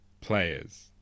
players